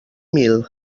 mil